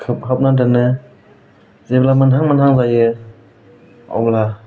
खोबहाबना दोनो जेब्ला मोनहां मोनहां जायो अब्ला